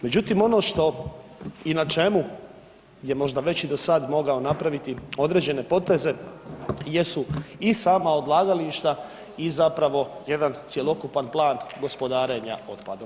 Međutim, ono što i na čemu je možda već i do sada mogao napraviti određene poteze jesu i sama odlagališta i zapravo jedan cjelokupan plan otpadom.